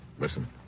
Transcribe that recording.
Listen